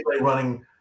running